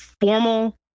formal